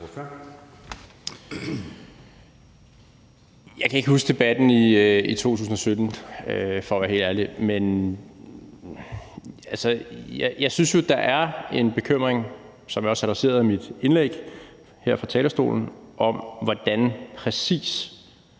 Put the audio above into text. Jeg kan ikke huske debatten i 2017-18, for at være helt ærlig. Jeg synes jo, at der er en bekymring, som jeg også adresserede i mit indlæg her fra talerstolen, i forhold til